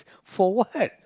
for what